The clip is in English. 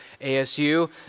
ASU